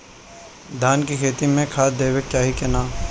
धान के खेती मे खाद देवे के चाही कि ना?